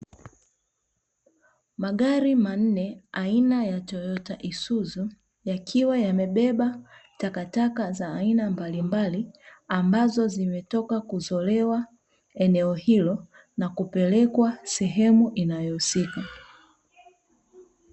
Magari manne aina ya "TOYOTA ISUZU", yakiwa yamebeba takataka za aina mbalimbali ambazo zimetoka kuzolewa eneo hilo, na kupelekwa sehemu inayohusika.